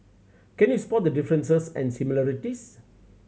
can you spot the differences and similarities